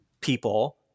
people